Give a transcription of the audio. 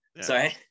sorry